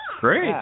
Great